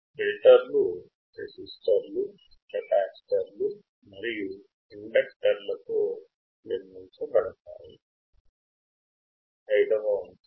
ఫిల్టర్లు రెసిస్టర్లు కెపాసిటర్లు మరియు ఇండుక్తర్ లతో నిర్మించబడతాయి